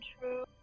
true